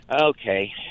Okay